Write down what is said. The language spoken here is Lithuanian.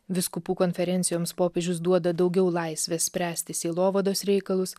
vyskupų konferencijoms popiežius duoda daugiau laisvės spręsti sielovados reikalus